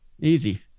Easy